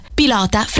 pilota